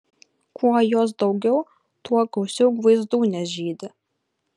kuo jos daugiau tuo gausiau gvaizdūnės žydi